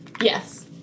Yes